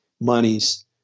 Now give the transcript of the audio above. monies